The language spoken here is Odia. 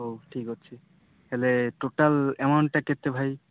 ହଉ ଠିକ୍ ଅଛି ହେଲେ ଟୋଟାଲ୍ ଏମାଉଣ୍ଟ୍ କେତେ ଭାଇ